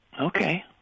Okay